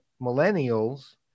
millennials